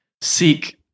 Seek